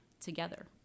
together